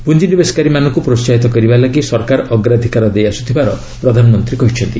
ପୁଞ୍ଜିନିବେଶକାରୀ ମାନଙ୍କୁ ପ୍ରୋସାହିତ କରିବା ପାଇଁ ସରକାର ଅଗ୍ରାଧିକାର ଦେଇ ଆସୁଥିବାର ପ୍ରଧାନମନ୍ତ୍ରୀ କହିଛନ୍ତି